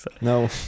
No